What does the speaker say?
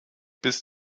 bis